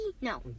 No